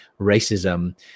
racism